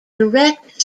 direct